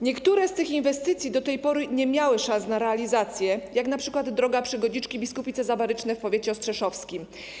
Niektóre z tych inwestycji do tej pory nie miały szans na realizację, np. droga Przygodziczki - Biskupice w powiecie ostrzeszowskim.